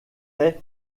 est